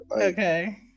Okay